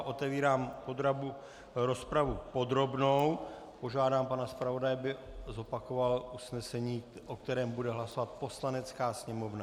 Otevírám rozpravu podrobnou, požádám pana zpravodaje, aby zopakoval usnesení, o kterém bude hlasovat Poslanecká sněmovna.